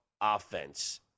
offense